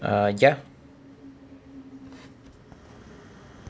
uh ya